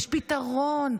יש פתרון.